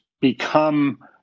become